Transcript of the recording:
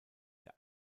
der